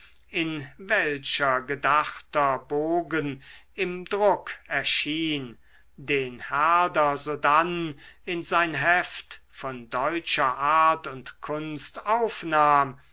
in welcher gedachter bogen im druck erschien den herder sodann in sein heft von deutscher art und kunst aufnahm